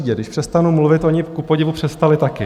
Když přestanu mluvit, oni kupodivu přestali taky.